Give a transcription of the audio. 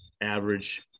average